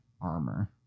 armor